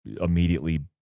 immediately